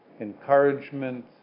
encouragement